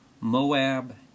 Moab